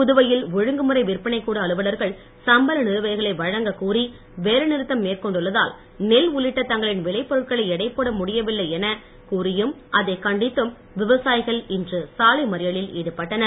புதுவையில் ஒழுங்குமுறை விற்பனை கூட அலுவலர்கள் சம்பள நிலுவைகளை வழங்க கூறி வேலைநிறுத்தம் மேற்கொண்டுள்ளதால் நெல் உள்ளிட்ட தங்களின் விளை பொருட்களை எடைபோட முடியவிலை என கூறியும் அதைக் கண்டித்தும் விவசாயிகள் இன்று சாலை மறியலில் ஈடுபட்டனர்